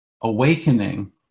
awakening